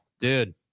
Dude